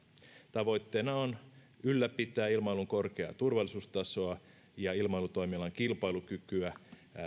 tavoitteena on ylläpitää ilmailun korkeaa turvallisuustasoa ja ilmailutoiminnan kilpailukykyä